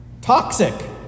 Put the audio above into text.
Toxic